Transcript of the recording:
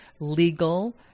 legal